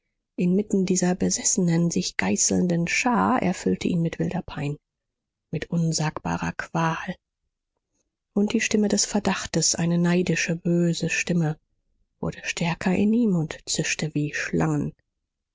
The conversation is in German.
inmitten dieser besessenen sich geißelnden schar erfüllte ihn mit wilder pein mit unsagbarer qual und die stimme des verdachtes eine neidische böse stimme wurde stärker in ihm und zischte wie schlangen